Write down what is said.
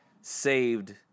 saved